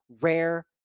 rare